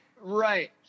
Right